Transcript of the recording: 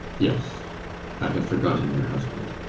yes i had forgotten your husband.